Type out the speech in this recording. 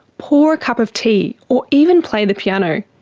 pour a cup of tea, or even play the piano.